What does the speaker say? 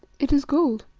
it is gold,